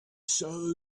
sow